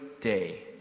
day